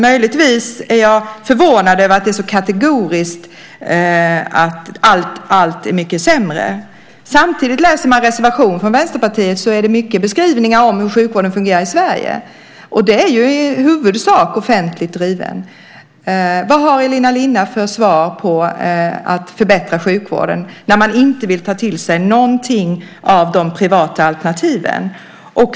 Möjligtvis är jag förvånad över att det är så kategoriskt att allt är mycket sämre. Samtidigt är det, om man läser reservationen från Vänsterpartiet, mycket beskrivningar av hur sjukvården fungerar i Sverige. Den är i huvudsak offentligt driven. Vad har Elina Linna för svar på frågan hur sjukvården kan förbättras när man inte vill ta till sig någonting av de privata alternativen?